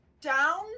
down